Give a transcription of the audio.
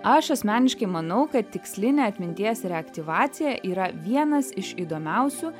aš asmeniškai manau kad tikslinė atminties reaktyvacija yra vienas iš įdomiausių